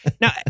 Now